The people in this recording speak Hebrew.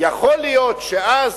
יכול להיות שאז,